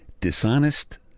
dishonest